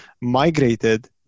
migrated